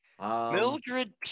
mildred